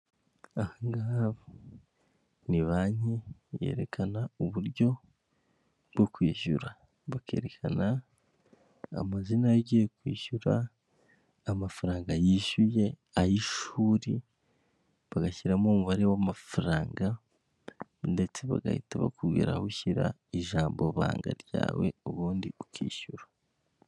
Ahangaha ni banki yerekana uburyo bwo kwishyura. Bakerekana amazina y'ugiye kwishyura, amafaranga yishyuye ay'ishuri, bagashyiramo umubare w'amafaranga, ndetse bagahita bakubwira aho ushyira ijambo banga ryawe, ubundi ukishyura.